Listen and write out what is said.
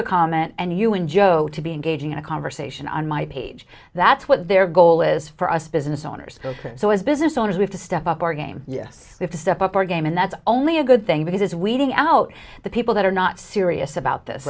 to comment and you and joke to be engaging in a conversation on my page that's what their goal is for us business owners so as business owners we've to step up our game with a step up our game and that's only a good thing because as we dig out the people that are not serious about this